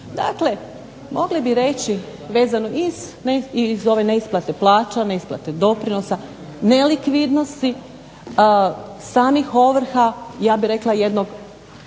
Dakle mogli bi reći vezano i iz ove neisplate plaća, neisplate doprinosa, nelikvidnosti samih ovrha, ja bih rekla jednog,